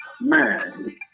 Man